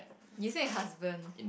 you said husband